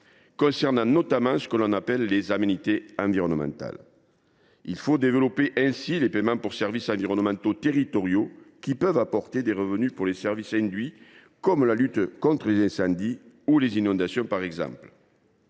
Je pense notamment à ce que l’on appelle les aménités environnementales. Il faut développer les paiements pour services environnementaux territoriaux, qui peuvent apporter des revenus pour les services induits, comme la lutte contre les incendies ou les inondations. Les